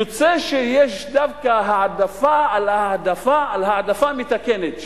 יוצא שיש דווקא העדפה על העדפה על העדפה מתקנת,